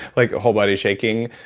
like a whole body shaking,